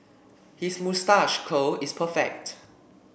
his moustache curl is perfect